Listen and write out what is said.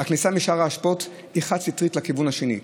הכניסה משער האשפות היא חד-סטרית לכיוון השני.